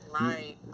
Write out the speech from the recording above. Right